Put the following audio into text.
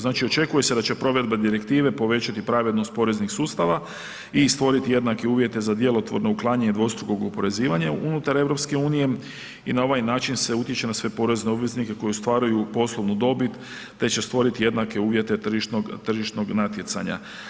Znači očekuje se da će provedba direktive povećati pravednost poreznih sustava i stvoriti jednake uvjete za djelotvorno uklanjanje dvostrukog oporezivanja unutar EU i na ovaj način se utječe na sve porezne obveznike koji ostvaruju poslovnu dobit te će stvoriti jednake uvjete tržišnog, tržišnog natjecanja.